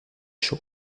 chaud